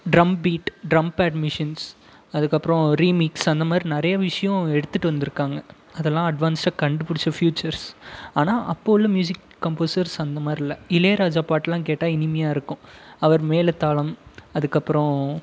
drum beat trumpet machines அதுக்கப்றம் remix அந்த மாதிரி நிறைய விஷயம் எடுத்துகிட்டு வந்திருக்காங்க அதெல்லாம் அட்வான்ஸாக கண்டுபிடிச்ச ஃப்யூச்சர்ஸ் ஆனால் அப்போது உள்ள மியூசிக் கம்போஸர்ஸ் அந்த மாதிரி இல்லை இளையராஜா பாட்டெலாம் கேட்டால் இனிமையா இருக்கும் அவர் மேளம் தாளம் அதுக்கப்பறம்